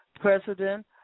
president